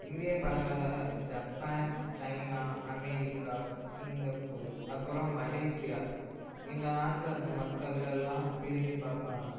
இந்திய படங்களை Japan China America Singapore அப்புறம் மலேசியா இந்த நாட்டில் இருக்கிற மக்கள்கள்லாம் விரும்பி பார்ப்பாங்க